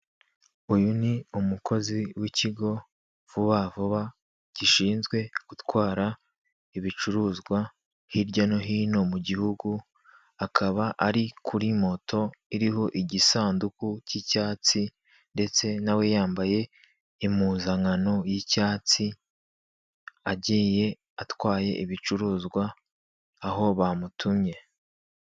Uyu ni umukozi w'ikigo Vuba Vuba, gishinzwe gutwara ibicuruzwa hirya no hino mu gihugu, akaba ari kuri moto iriho igisanduku cy'icyatsi ndetse na we yambaye impuzankano y'icyatsi, agiye atwaye ibicuruzwa aho bamutumye.